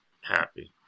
happy